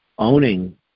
Owning